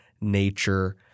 nature